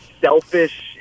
selfish